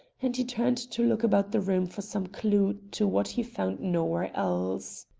and he turned to look about the room for some clue to what he found nowhere else.